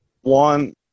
One